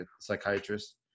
psychiatrist